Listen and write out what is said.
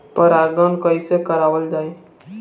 परागण कइसे करावल जाई?